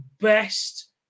best